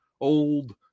old